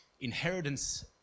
inheritance